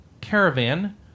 Caravan